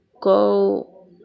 go